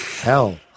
hell